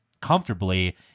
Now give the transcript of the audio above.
comfortably